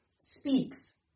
speaks